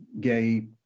gay